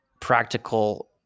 practical